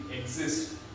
exist